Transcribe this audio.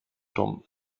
dumm